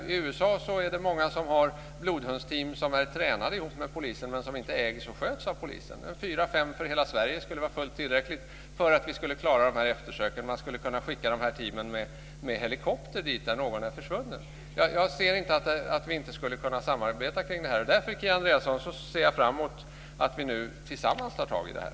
I USA är det många som har blodhundsteam som är tränade ihop med polisen, men som inte ägs och sköts av polisen. Fyra fem team för hela Sverige skulle vara fullt tillräckligt för att vi skulle klara eftersökningar. Man skulle kunna skicka teamen med helikopter dit där någon är försvunnen. Jag ser inte att vi inte skulle kunna samarbeta kring det här. Därför, Kia Andreasson, ser jag fram emot att vi nu tillsammans tar tag i det här.